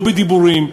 לא בדיבורים,